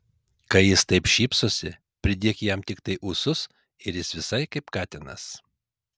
kai jis taip šypsosi pridėk jam tiktai ūsus ir jis visai kaip katinas